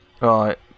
Right